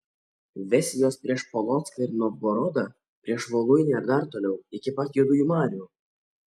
vesi juos prieš polocką ir novgorodą prieš voluinę ir dar toliau iki pat juodųjų marių